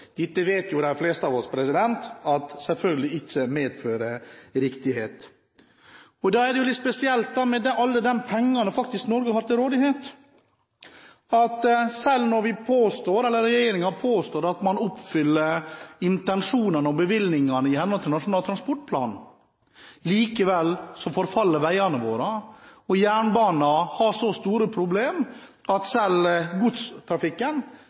dette ikke medfører riktighet. Det er litt spesielt med alle de pengene Norge har til rådighet, at veiene våre, selv når regjeringen påstår at man oppfyller intensjonen i og bevilgningene til Nasjonal transportplan, likevel forfaller. Jernbanen har så store problemer at selv godstrafikken